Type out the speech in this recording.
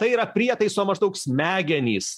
tai yra prietaiso maždaug smegenys